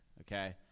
okay